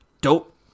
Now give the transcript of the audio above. dope